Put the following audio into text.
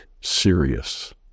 serious